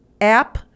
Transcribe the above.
app